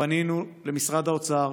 פנינו למשרד האוצר,